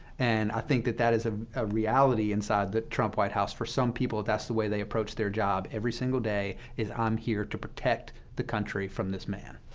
and i think that that is a ah reality inside the trump white house for some people. that's the way they approach their job every single day is, i'm here to protect the country from this man,